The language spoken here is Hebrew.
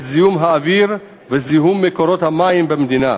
זיהום האוויר ואת זיהום מקורות המים במדינה,